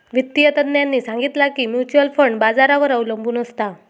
वित्तिय तज्ञांनी सांगितला की म्युच्युअल फंड बाजारावर अबलंबून असता